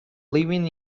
living